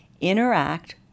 interact